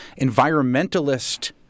environmentalist